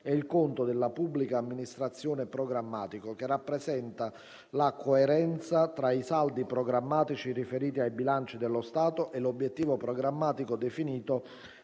e il conto della pubblica amministrazione programmatico, che rappresenta la coerenza tra i saldi programmatici riferiti al bilancio dello Stato e l’obiettivo programmatico definito